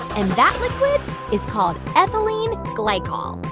and that liquid is called ethylene glycol,